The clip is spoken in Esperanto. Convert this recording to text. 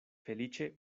feliĉe